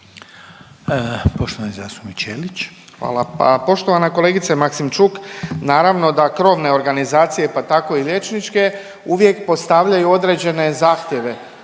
Ivan (HDZ)** Hvala. Pa poštovana kolegice Maksimčuk, naravno da krovne organizacija pa tako i liječničke uvijek postavljaju određene zahtjeve